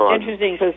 interesting